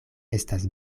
estas